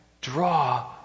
draw